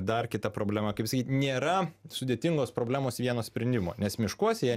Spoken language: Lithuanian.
dar kita problema kaip sakyt nėra sudėtingos problemos vieno sprendimo nes miškuose jie